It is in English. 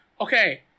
Okay